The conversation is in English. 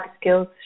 skills